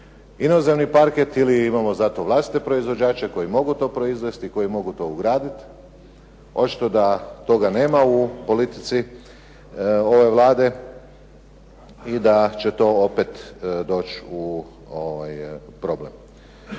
inozemni parket ili imamo za to vlastite proizvođače koji mogu to proizvesti, koji mogu to ugraditi. Očito je da toga nema u politici ove Vlade i da će to opet doći u problem.